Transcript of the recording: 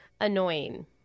annoying